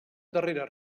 darrera